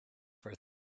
for